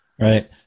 Right